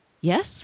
Yes